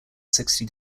sixty